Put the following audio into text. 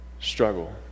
struggle